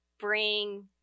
bring